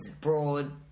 broad